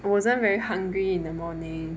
I wasn't very hungry in the morning